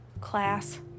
class